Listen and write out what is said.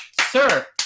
sir